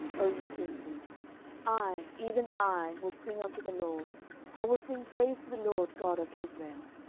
o ye princes i, even i, will sing unto the lord i will sing praise to the lord god of israel.